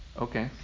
Okay